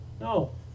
No